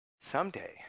someday